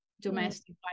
domestic